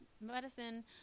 medicine